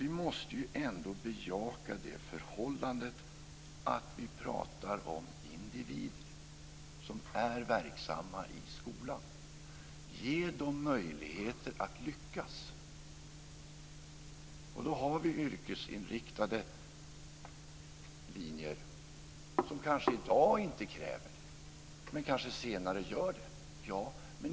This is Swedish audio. Vi måste ju ändå bejaka det förhållandet att vi pratar om individer som är verksamma i skolan. Ge dem möjligheter att lyckas! Vi har yrkesinriktade linjer som i dag kanske inte kräver det, men kanske gör det senare.